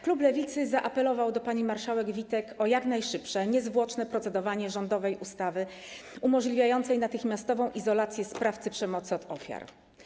Klub Lewicy zaapelował do pani marszałek Witek o jak najszybsze, niezwłoczne procedowanie nad rządową ustawą umożliwiającą natychmiastową izolację sprawcy przemocy od ofiar.